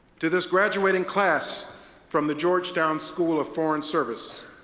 to this graduating class from the georgetown school of foreign service,